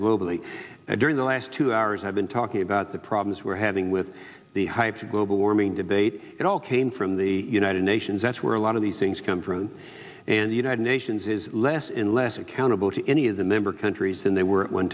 globally during the last two hours i've been talking about the problems we're having with the hype the global warming debate it all came from the united nations that's where a lot of these things come from and the united nations is less and less accountable to any of the member countries than they were at one